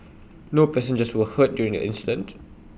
no passengers were hurt during the incident